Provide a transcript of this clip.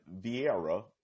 Vieira